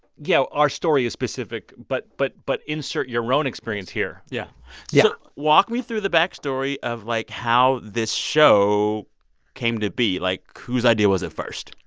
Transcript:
yeah, our story is specific, but but but insert your own experience here yeah yeah walk me through the backstory of, like, how this show came to be. like, whose idea was it first?